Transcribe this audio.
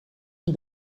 een